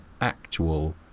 actual